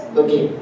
okay